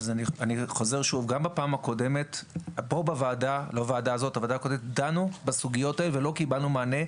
אני חוזר שוב: גם בוועדה הקודמת דנו בסוגיות האלה ולא קיבלנו מענה.